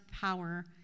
power